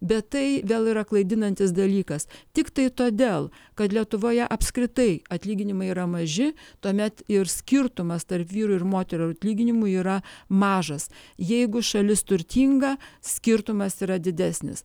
bet tai vėl yra klaidinantis dalykas tiktai todėl kad lietuvoje apskritai atlyginimai yra maži tuomet ir skirtumas tarp vyrų ir moterų atlyginimų yra mažas jeigu šalis turtinga skirtumas yra didesnis